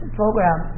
program